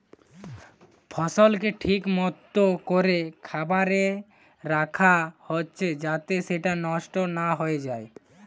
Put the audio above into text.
ফসলকে ঠিক মতো কোরে বাখারে রাখা হচ্ছে যাতে সেটা নষ্ট না হয়ে যায়